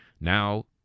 Now